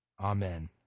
Amen